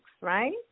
right